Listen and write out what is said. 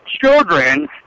children